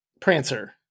Prancer